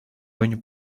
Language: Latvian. viņu